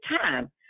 time